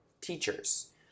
teachers